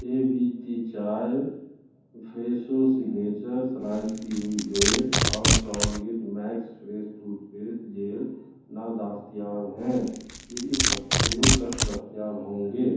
اے V T چائے Fresho signature slice کی ہوئی بریڈ اور Colgate Max Fresh toothpaste gel نادستیاب ہیں یہ اس ہفتے تک دستیاب ہوں گے